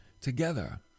together